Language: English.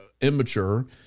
immature